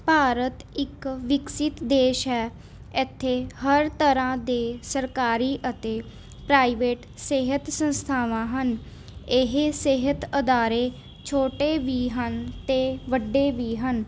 ਭਾਰਤ ਇੱਕ ਵਿਕਸਿਤ ਦੇਸ਼ ਹੈ ਇੱਥੇ ਹਰ ਤਰ੍ਹਾਂ ਦੇ ਸਰਕਾਰੀ ਅਤੇ ਪ੍ਰਾਈਵੇਟ ਸਿਹਤ ਸੰਸਥਾਵਾਂ ਹਨ ਇਹ ਸਿਹਤ ਅਦਾਰੇ ਛੋਟੇ ਵੀ ਹਨ ਅਤੇ ਵੱਡੇ ਵੀ ਹਨ